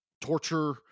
torture